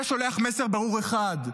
זה שולח מסר ברור אחד: